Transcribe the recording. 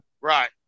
Right